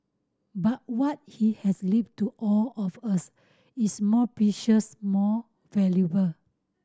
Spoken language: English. but what he has left to all of us is more precious more valuable